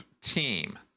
team